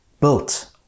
built